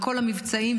מכל המבצעים,